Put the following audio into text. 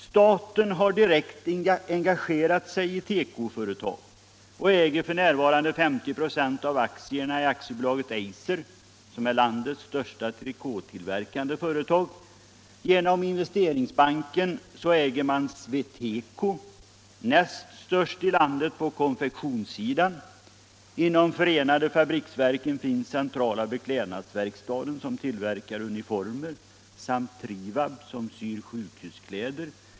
Staten har direkt engagerat sig i tekoföretag och äger f.n. 50 96 av aktierna i AB Eiser — landets största trikåtillverkande företag —- genom Investeringsbanken äger man SweTeco — näst störst i landet på konfektionssidan — inom förenade fabriksverken finns centrala beklädnadsverkstaden som tillverkar uniformer samt Trivab som syr sjukhuskläder.